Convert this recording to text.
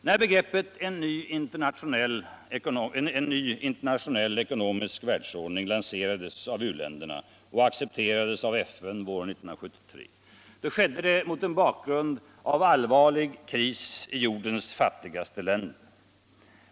När begreppet en ny internationell ekonomisk ordning Janserades av u-länderna och accepterades av FN våren 1974, så skedde det mot en bakgrund av allvarlig kris i jordens fattigaste länder.